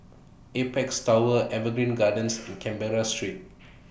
Apex Tower Evergreen Gardens and Canberra Street